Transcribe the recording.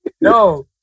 No